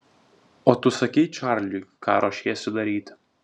o tu sakei čarliui ką ruošiesi daryti